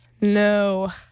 No